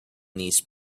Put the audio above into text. these